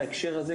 בהקשר הזה,